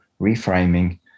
reframing